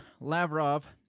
Lavrov